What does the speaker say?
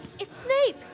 it's snape,